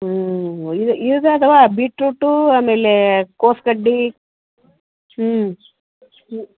ಹ್ಞೂ ಇದು ಇದದವಾ ಬೀಟ್ರೂಟು ಆಮೇಲೆ ಕೋಸ್ಗಡ್ಡೆ ಹ್ಞೂ ಹ್ಞೂ